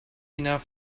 enough